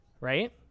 right